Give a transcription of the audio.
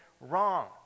wrong